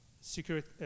security